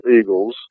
eagles